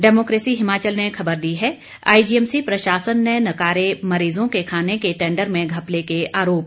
democracy Himachal ने खबर दी है आईजीएमसी प्रशासन ने नकारे मरीजों के खाने के टैंडर में घपले के आरोप